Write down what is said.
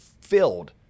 filled